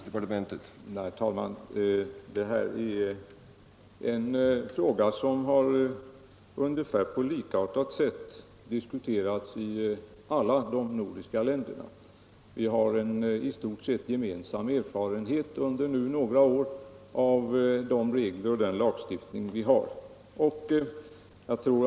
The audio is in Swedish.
Herr talman! Detta är en fråga som på ungefär likartat sätt har diskuterats i alla de nordiska länderna. Vi har under några år haft en i stort sett gemensam erfarenhet av de regler och den lagstiftning som dessa länder har.